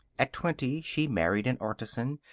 at twenty, she married an artisan,